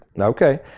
Okay